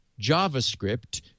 JavaScript